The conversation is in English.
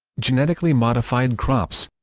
genetically modified crops